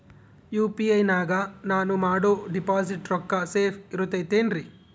UPI ನಾಗ ನಾನು ಮಾಡೋ ಡಿಪಾಸಿಟ್ ರೊಕ್ಕ ಸೇಫ್ ಇರುತೈತೇನ್ರಿ?